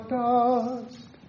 dust